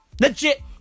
Legit